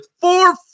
four